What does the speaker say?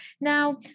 Now